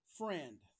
friend